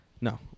No